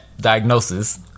diagnosis